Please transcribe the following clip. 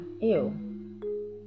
Ew